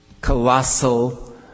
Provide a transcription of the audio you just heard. colossal